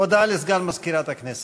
הודעה לסגן מזכירת הכנסת.